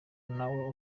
nawe